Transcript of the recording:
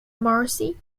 morrissey